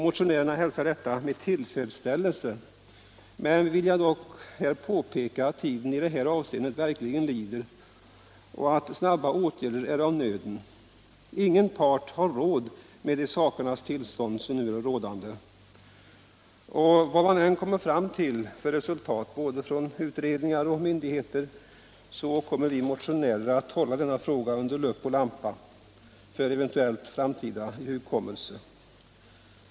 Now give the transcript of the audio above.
Motionärerna hälsar detta med tillfredsställelse, men jag vill påpeka att tiden i det här avseendet verkligen lider och att snabba åtgärder är av nöden. Ingen part har råd med det sakernas tillstånd som nu är rådande, och vad man än kommer fram till för resultat från både utredningar och myndigheter kommer vi motionärer att hålla denna fråga under lupp och lampa för eventuell framtida ihågkommelse.